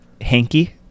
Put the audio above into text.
Hanky